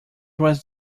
was